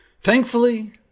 Thankfully